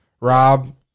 Rob